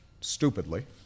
stupidly